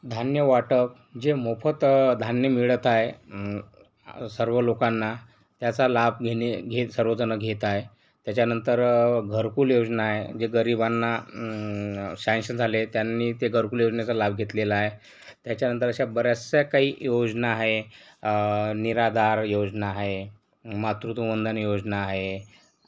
धान्य वाटप जे मोफत धान्य मिळत आहे सर्व लोकांना त्याचा लाभ घेणे घे सर्व जणं घेत आहे त्याच्यानंतर घरकुल योजना आहे जे गरिबांना सँक्शन झाले त्यांनी ते घरकुल योजनेचा लाभ घेतलेला आहे त्याच्यानंतर अशा बऱ्याचशा काही योजना आहे निराधार योजना आहे मातृत्व वंदन योजना आहे आणि